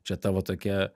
čia tavo tokia